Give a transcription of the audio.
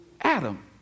Adam